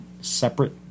separate